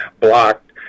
blocked